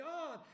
God